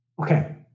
Okay